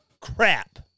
crap